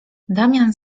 damian